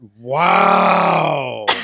Wow